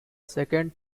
second